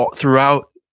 ah throughout,